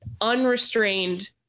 unrestrained